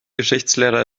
geschichtslehrer